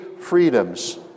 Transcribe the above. freedoms